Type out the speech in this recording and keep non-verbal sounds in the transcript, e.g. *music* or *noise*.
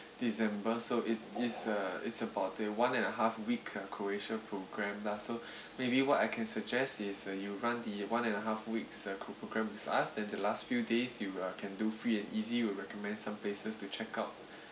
december so it's it's a it's about a one and a half week uh croatia program lah so *breath* maybe what I can suggest is uh you run the one and a half weeks a cro~ program with us then the last few days you uh can do free and easy we'll recommend some places to check out *breath*